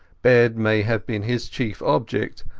bed may have been his chief object,